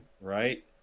right